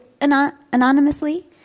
anonymously